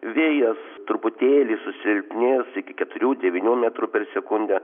vėjas truputėlį susilpnės iki keturių devynių metrų per sekundę